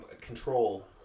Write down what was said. control